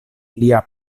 lia